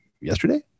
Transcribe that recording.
yesterday